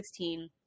2016